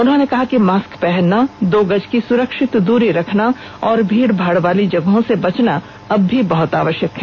उन्होंने कहा कि मास्क पहनना दो गज की सुरक्षित दूरी रखना और भीड़ भाड़ वाली जगहों से बचना अब भी बहत आवश्यक है